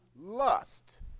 lust